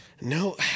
No